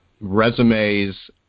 resumes